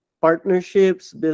partnerships